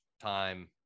time